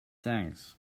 thanks